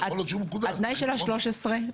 התנאי של ה-13 שנים ,